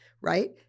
right